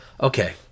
Okay